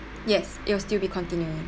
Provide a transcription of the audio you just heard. yes it will still be continuing